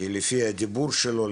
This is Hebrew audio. כי לפי הדיבור שלו,